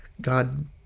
God